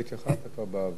התייחסתי בעבר,